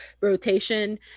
rotation